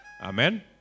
Amen